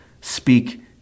speak